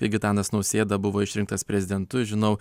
kai gitanas nausėda buvo išrinktas prezidentu žinau